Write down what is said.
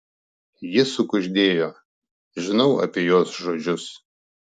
ji sukuždėjo žinau apie jos žodžius